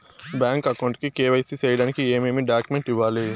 Bank account కు KYC సేయడానికి ఏమేమి డాక్యుమెంట్ ఇవ్వాలి?